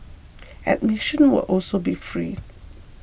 admission will also be free